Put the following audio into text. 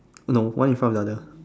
no one in front of the other